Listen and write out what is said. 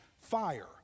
fire